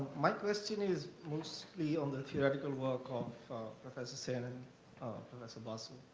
my question is mostly on the theoretical work of professor sen and professor basu.